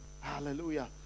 Hallelujah